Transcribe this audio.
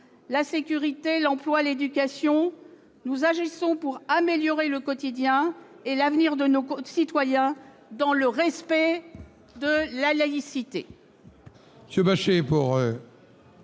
la sécurité, l'emploi, l'éducation. Nous agissons pour améliorer le quotidien et l'avenir de nos concitoyens, dans le respect de la laïcité.